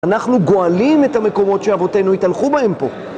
אנחנו גואלים את המקומות שאבותינו התהלכו בהם פה.